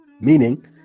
meaning